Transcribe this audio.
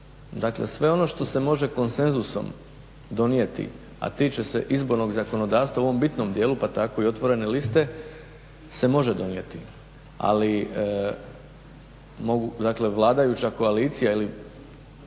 Dakle sve ono što se može konsenzusom donijeti, a tiče se izbornog zakonodavstva u ovom bitnom dijelu pa tako i otvorene liste se može donijeti, ali dakle vladajuća koalicija ili